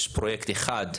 יש פרויקט אחד,